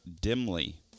dimly